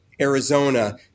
Arizona